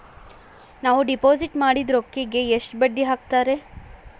ನಾವು ಡಿಪಾಸಿಟ್ ಮಾಡಿದ ರೊಕ್ಕಿಗೆ ಎಷ್ಟು ಬಡ್ಡಿ ಹಾಕ್ತಾರಾ?